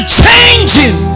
changing